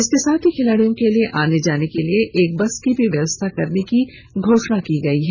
इसके साथ ही खिलाड़ियों के लिए आने जाने हेतु एक बस की भी व्यवस्था करने की घोषणा की है